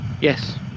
yes